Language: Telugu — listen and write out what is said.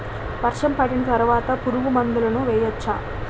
వర్షం పడిన తర్వాత పురుగు మందులను వేయచ్చా?